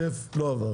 הצבעה 2 בעד, לא עבר.